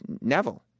Neville